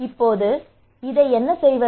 இப்போது இதை என்ன செய்வது